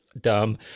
dumb